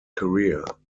career